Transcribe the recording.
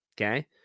okay